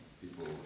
people